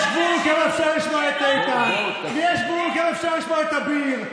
יש גבול לכמה אפשר לשמוע את איתן,